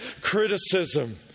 criticism